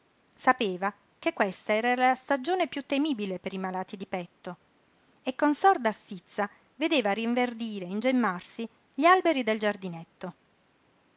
sapeva che questa era la stagione piú temibile per i malati di petto e con sorda stizza vedeva rinverdire e ingemmarsi gli alberi del giardinetto